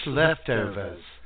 leftovers